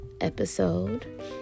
episode